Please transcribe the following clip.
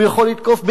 הוא יכול לתקוף באירן,